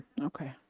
Okay